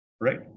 right